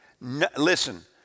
listen